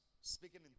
speaking